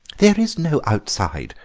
there is no outside,